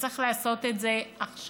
וצריך לעשות את זה עכשיו.